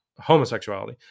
homosexuality